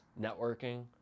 networking